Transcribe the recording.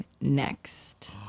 next